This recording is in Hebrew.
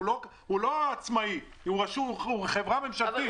הוא לא עצמאי, הוא חברה ממשלתית.